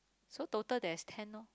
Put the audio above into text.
so total there's ten loh